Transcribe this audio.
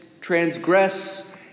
transgress